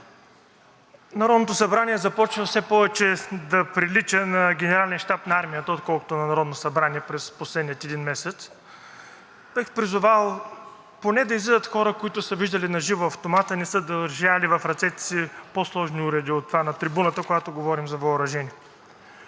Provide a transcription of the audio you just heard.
Народното събрание започва все повече да прилича на Генерален щаб на Армията, отколкото на Народно събрание през последния един месец. Бих призовал поне да излизат хора, които са виждали на живо автомат, а не са държали в ръцете си по-сложени уреди от това на трибуната, когато говорим за въоръжение.